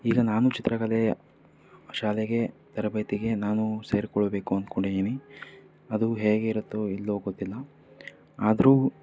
ಈಗ ನಾನೂ ಚಿತ್ರಕಲೆಯ ಶಾಲೆಗೆ ತರಬೇತಿಗೆ ನಾನೂ ಸೇರಿಕೊಳ್ಬೇಕು ಅನ್ಕೊಂಡಿದ್ದೀನಿ ಅದು ಹೇಗೆ ಇರುತ್ತೋ ಇಲ್ವೋ ಗೊತ್ತಿಲ್ಲ ಆದರೂ